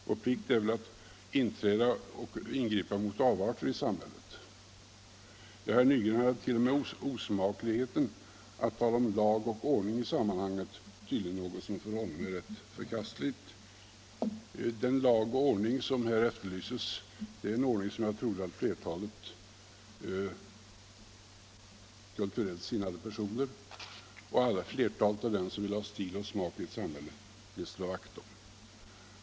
Vår plikt är att ingripa mot avarter i samhället. Herr Nygren hade t.o.m. osmakligheten att tala om lag och ordning som någonting som för honom tydligen är förkastligt i sammanhanget. Den lag och ordning som här efterlyses är en ordning som jag trodde att flertalet kulturellt sinnade personer och flertalet av dem som vill ha stil och smak i ett samhälle ville slå vakt om.